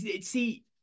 see